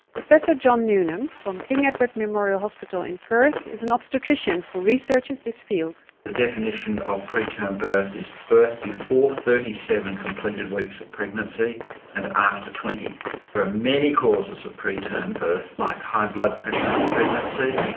professor john newnham from king edward memorial hospital in perth is an obstetrician who researches this field. the definition of preterm birth is birth before thirty seven completed weeks of pregnancy and after twenty. there are many causes of preterm birth like high blood pressure in pregnancy,